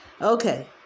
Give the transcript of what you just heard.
okay